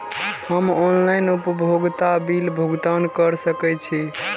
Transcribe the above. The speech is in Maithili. हम ऑनलाइन उपभोगता बिल भुगतान कर सकैछी?